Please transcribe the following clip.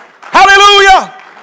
hallelujah